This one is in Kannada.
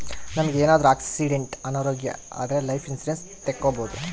ನಮ್ಗೆ ಏನಾದ್ರೂ ಆಕ್ಸಿಡೆಂಟ್ ಅನಾರೋಗ್ಯ ಆದ್ರೆ ಲೈಫ್ ಇನ್ಸೂರೆನ್ಸ್ ತಕ್ಕೊಬೋದು